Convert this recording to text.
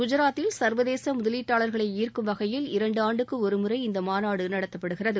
குஜராத்தில் சர்வதேச முதலீட்டாளர்களை ஈர்க்கும் வகையில் இரண்டு ஆண்டுக்கு ஒருமுறை இந்த மாநாடு நடத்தப்படுகிறது